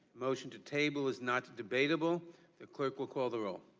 motion to table is not debatable the clerk will call the role.